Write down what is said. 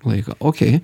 laiką okėj